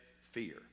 fear